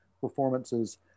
performances